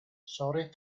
sorry